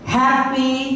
happy